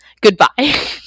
Goodbye